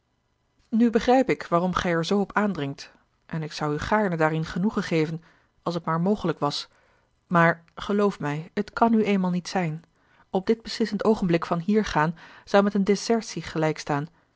nu begrijp ik waarom gij er zoo op aandringt en ik zou u gaarne daarin genoegen geven als het maar mogelijk was maar geloof mij het kan nu eenmaal niet zijn op dit beslissend oogenblik van hier gaan zou met eene desertie gelijk staan